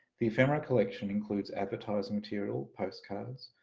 the ephemera collection includes advertising material, postcards,